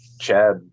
Chad